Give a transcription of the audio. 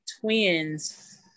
twins